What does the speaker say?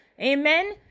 Amen